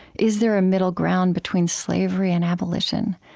is there a middle ground between slavery and abolition,